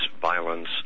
violence